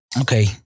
okay